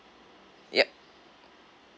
yup